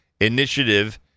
Initiative